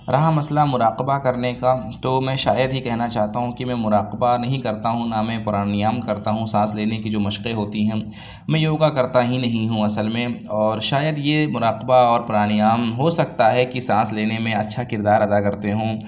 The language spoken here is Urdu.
رہا مسئلہ مراقبہ کرنے کا تو میں شاید ہی کہنا چاہتا ہوں کہ میں مراقبہ نہیں کرتا ہوں نہ ہی میں پرانیام کرتا ہوں سانس لینے کی جو مشقیں ہوتی ہیں میں یوگا کرتا ہی نہیں ہوں اصل میں اور شاید یہ مراقبہ اور پرانیام ہو سکتا ہے کہ سانس لینے میں اچھا کردار ادا کرتے ہوں